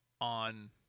on